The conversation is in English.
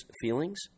feelings